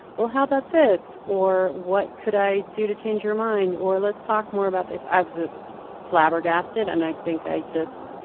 well, how about this? or what could i do to change your mind or let's talk more about this. i was just flabbergasted. and i think i just,